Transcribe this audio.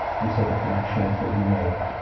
and so the connections that you make,